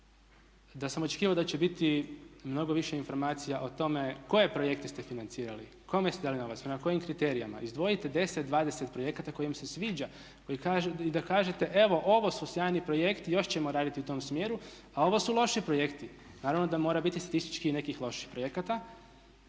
da sam očekivao da će biti mnogo više informacija o tome koje projekte ste financirali, kome ste dali novac, prema kojim kriterijima. Izdvojite 10, 20 projekata koji vam se sviđa i da kažete evo ovo su sjajni projekti, još ćemo raditi u tom smjeru, a ovo su loši projekti. Naravno da mora biti statistički i nekih loših projekata.